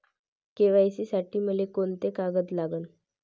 KYC साठी मले कोंते कागद लागन?